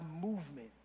movement